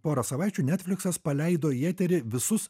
porą savaičių netfliksas paleido į eterį visus